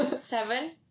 seven